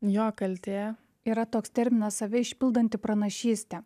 jo kaltė yra toks terminas save išpildanti pranašystė